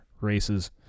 races